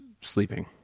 sleeping